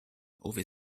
ove